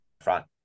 front